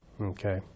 Okay